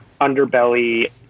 underbelly